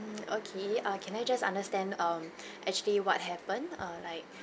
mm okay err an I just understand um actually what happened err like